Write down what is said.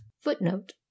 footnote